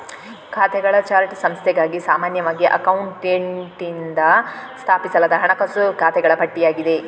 ಖಾತೆಗಳ ಚಾರ್ಟ್ ಸಂಸ್ಥೆಗಾಗಿ ಸಾಮಾನ್ಯವಾಗಿ ಅಕೌಂಟೆಂಟಿನಿಂದ ಸ್ಥಾಪಿಸಲಾದ ಹಣಕಾಸು ಖಾತೆಗಳ ಪಟ್ಟಿಯಾಗಿದೆ